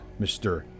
Mr